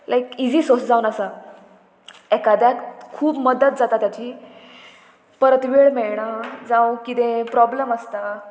लायक easy सोस जावन आसा एकाद्याक खूब मदत जाता ताची परत वेळ मेळना जावं किदेंय प्रोब्लम आसता